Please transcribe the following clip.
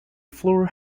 floor